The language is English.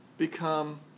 become